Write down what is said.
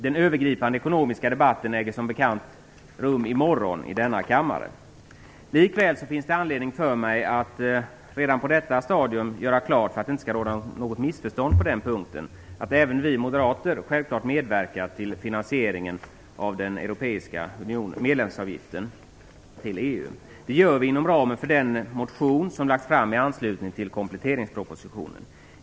Den övergripande ekonomiska debatten äger som bekant rum i morgon i denna kammare. Likväl finns det anledning för mig att redan på detta stadium göra klart, för att det inte skall råda något missförstånd på den punkten, att även vi moderater självfallet medverkar till finansieringen av medlemskapsavgiften till den europeiska unionen. Det gör vi inom ramen för vår motion som lagts fram i anslutning till kompletteringspropositionen.